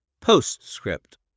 Postscript